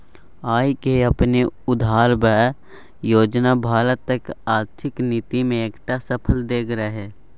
आय केँ अपने उघारब योजना भारतक आर्थिक नीति मे एकटा सफल डेग रहय